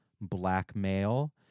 blackmail